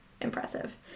impressive